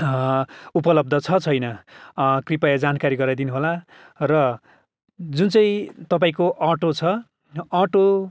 उपलब्ध छ छैन कृपया जानकारी गराइदिनु होला र जुन चाहिँ तपाईँको अटो छ अटो